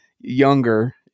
younger